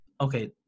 okay